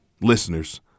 listeners